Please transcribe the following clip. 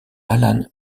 alan